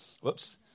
whoops